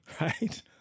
right